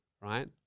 right